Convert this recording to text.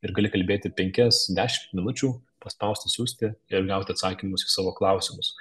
ir gali kalbėti penkias dešimt minučių paspausti siųsti ir gauti atsakymus į savo klausimus